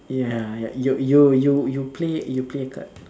ya you you you play you play card